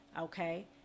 okay